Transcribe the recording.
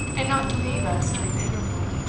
and not to leave us during the interval.